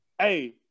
Hey